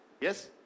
Yes